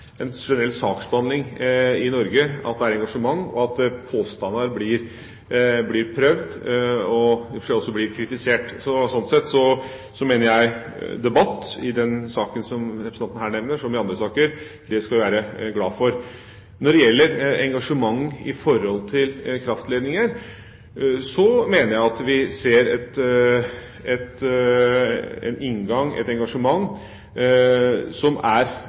en generell saksbehandling i Norge at det er engasjement, og at påstander blir prøvd og i og for seg også blir kritisert. Sånn sett mener jeg at debatt i den saken som representanten her nevner, som i andre saker, skal vi være glad for. Når det gjelder engasjement i tilknytning til kraftledninger, mener jeg at vi ser en inngang, et engasjement, som på den ene siden er